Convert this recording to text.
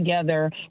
together